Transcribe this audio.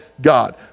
God